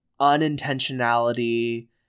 unintentionality